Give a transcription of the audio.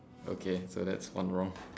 okay so that's one wrong